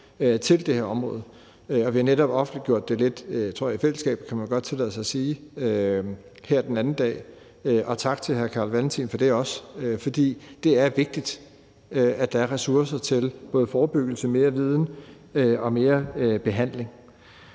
til det her område og vi har netop offentliggjort det her den anden dag – lidt i fællesskab tror jeg godt man kan tillade sig at sige – og tak til hr. Carl Valentin for det også, for det er vigtigt, at der er ressourcer til både forebyggelse, mere viden og mere behandling.